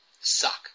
suck